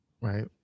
Right